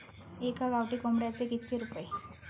एका गावठी कोंबड्याचे कितके रुपये?